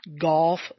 golf